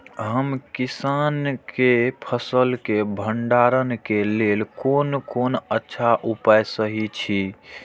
हम किसानके फसल के भंडारण के लेल कोन कोन अच्छा उपाय सहि अछि?